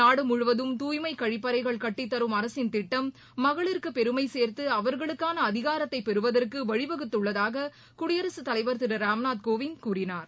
நாடு முழுவதும் தூய்மை கழிப்பறைகள் கட்டித்தரும் அரசின் திட்டம் மகளிருக்கு பெருமை சேர்த்து அவர்களுக்கான அதிகாரத்தை பெறுவதற்கு வழிவகுத்துள்ளதாக குடியரசுத் தலைவர் திரு ராம்நாத்கோவிந்த் கூறினார்